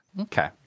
Okay